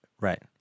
right